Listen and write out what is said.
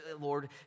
Lord